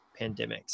pandemics